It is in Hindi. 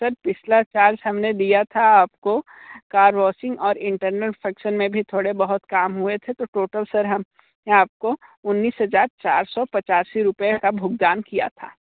सर पिछला चांस हमने दिया था आप को कार वॉशिंग और इंटरनल फंक्शन में भी थोड़े बहुत काम हुए थे तो टोटल सर हमने आप को उन्नीस हज़ार चार सौ पिचयासी रुपये का भुगतान किया था